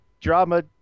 drama